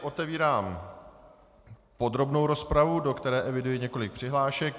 Otevírám tedy podrobnou rozpravu, do které eviduji několik přihlášek.